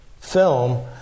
film